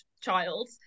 child